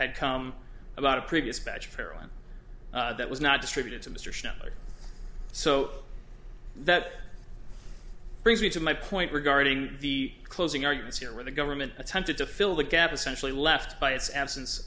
had come about a previous batch feral and that was not distributed to mr sheppard so that brings me to my point regarding the closing arguments here where the government attempted to fill the gap essentially left by its absence